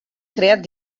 creat